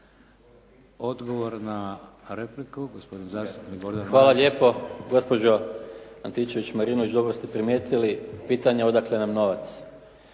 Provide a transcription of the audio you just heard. Odgovor na repliku gospodin zastupnik Gordan Maras. **Maras, Gordan (SDP)** Hvala lijepo gospođo Antičević-Marinović. Dobro ste primijetili pitanje odakle nam novac.